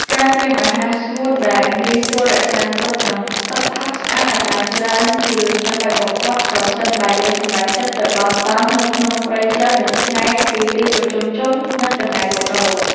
ការត្រៀមអាហារស្ងួតដែលងាយស្រួលរក្សាទុក និង ទឹកផឹកស្អាតឱ្យបានច្រើនជារឿងចាំបាច់បំផុតប្រសិនបើយើងសម្រេចចិត្តទៅបោះតង់នៅក្នុងព្រៃជ្រៅដែលឆ្ងាយពីទីប្រជុំជន និង កន្លែងលក់ដូរ។